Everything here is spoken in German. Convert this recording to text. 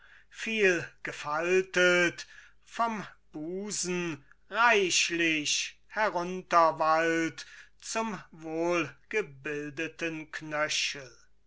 der vielgefaltet vom busen reichlich herunterwallt zum wohlgebildeten knöchel